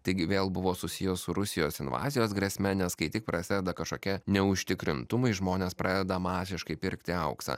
taigi vėl buvo susiję su rusijos invazijos grėsme nes kai tik prasideda kažkokie neužtikrintumai žmonės pradeda masiškai pirkti auksą